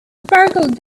sparkled